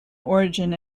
origin